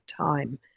time